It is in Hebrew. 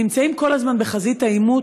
נמצאים כל הזמן בחזית העימות.